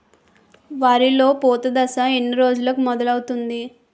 వరిలో పూత దశ ఎన్ని రోజులకు మొదలవుతుంది?